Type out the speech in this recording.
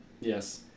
Yes